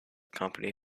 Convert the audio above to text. company